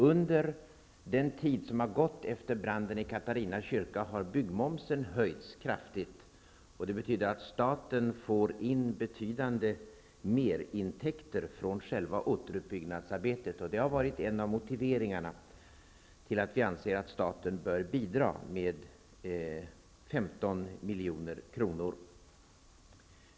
Under den tid som har gått efter branden i Katarina kyrka har byggmomsen höjts kraftigt. Det betyder att staten får in betydande merintäkter från själva återuppbyggnadsarbetet. Det har varit en av motiveringarna till att vi anser att staten bör bidra med 15 milj.kr.